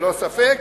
ללא ספק,